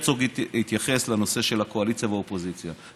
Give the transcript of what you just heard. בוז'י הרצוג התייחס לנושא של הקואליציה והאופוזיציה.